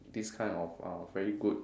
this kind of uh very good